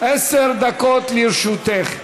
עשר דקות לרשותך.